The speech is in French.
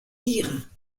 dire